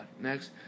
Next